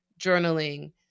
journaling